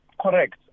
Correct